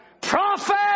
prophet